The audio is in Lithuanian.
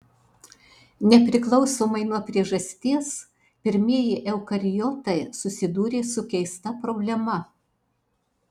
nepriklausomai nuo priežasties pirmieji eukariotai susidūrė su keista problema